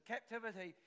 Captivity